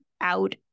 out